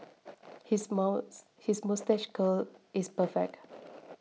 his his moustache curl is perfect